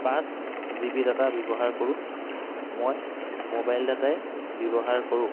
পাঁচ G B data ব্যৱহাৰ কৰোঁ মই ম'বাইল ডাটাই ব্যৱহাৰ কৰোঁ